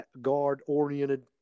guard-oriented